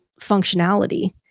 functionality